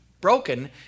broken